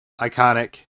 iconic